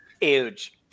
huge